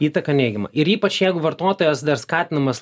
įtaka neigiama ir ypač jeigu vartotojas dar skatinamas